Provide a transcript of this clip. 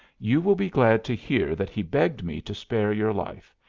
you will be glad to hear that he begged me to spare your life,